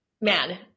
man